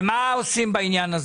ומה עושים בעניין הזה?